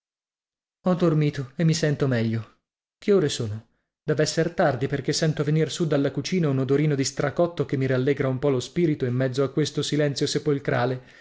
ho dormito e mi sento meglio che ore sono dev'esser tardi perché sento venir su dalla cucina un odorino di stracotto che mi rallegra un po lo spirito in mezzo a questo silenzio sepolcrale